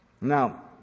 Now